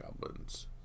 goblins